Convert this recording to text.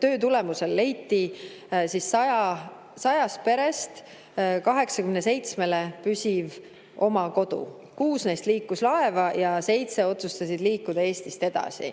töö tulemusel leiti 100 perest 87‑le püsiv oma kodu. Kuus neist liikus laeva ja seitse otsustas liikuda Eestist edasi.